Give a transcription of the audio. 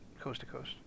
coast-to-coast